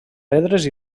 pedres